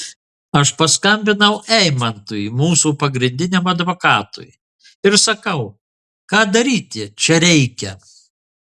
aš paskambinau eimantui mūsų pagrindiniam advokatui ir sakau ką daryti čia reikia